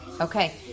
Okay